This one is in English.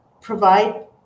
provide